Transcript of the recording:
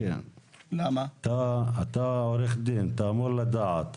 אתה עורך דין, אתה אמור לדעת.